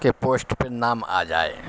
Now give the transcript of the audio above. کے پوسٹ پہ نام آ جائے